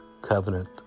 covenant